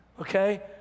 Okay